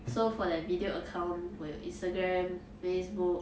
so for that video account 我有 instagram facebook